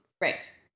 Right